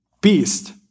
Beast